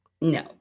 No